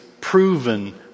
proven